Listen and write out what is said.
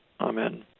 Amen